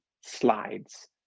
slides